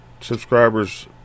subscribers